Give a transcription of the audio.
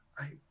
Right